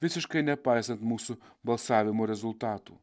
visiškai nepaisant mūsų balsavimo rezultatų